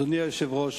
אדוני היושב-ראש,